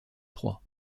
trois